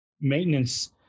maintenance